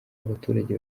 abaturage